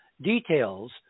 details